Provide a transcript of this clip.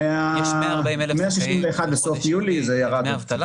יש 140,000 זכאים בחודש יולי לדמי אבטלה